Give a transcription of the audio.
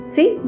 See